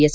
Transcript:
S